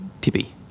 tippy